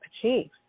achieve